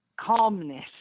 calmness